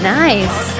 nice